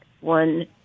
One